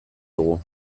dugu